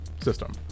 system